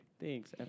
Thanks